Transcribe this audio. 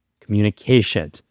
communication